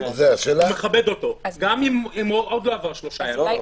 הוא מכבד אותו גם אם עוד לא עברו שלושה ימים.